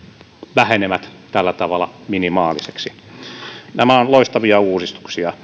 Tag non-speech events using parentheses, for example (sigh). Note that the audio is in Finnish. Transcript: vähenevät tällä tavalla minimaalisiksi nämä ovat loistavia uudistuksia (unintelligible)